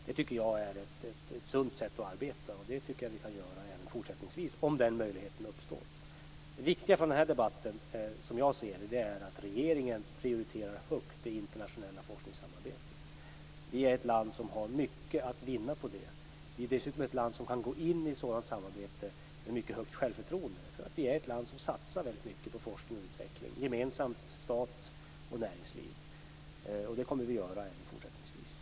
Det tycker jag är ett sunt sätt att arbeta på, och så tycker jag att vi kan göra även fortsättningsvis om den möjligheten uppstår. Det viktiga i den här debatten är som jag ser det att regeringen högt prioriterar det internationella forskningssamarbetet. Vi är ett land som har mycket att vinna på det. Vi är dessutom ett land som kan gå in i ett sådant samarbete med ett mycket gott självförtroende, för vi är ett land som satsar väldigt mycket på forskning och utveckling; stat och näringsliv gemensamt. Det kommer vi att göra även fortsättningsvis.